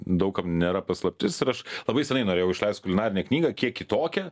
daug kam nėra paslaptis ir aš labai senai norėjau išleist kulinarinę knygą kiek kitokią